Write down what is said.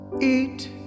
eat